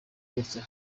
gutya